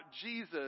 Jesus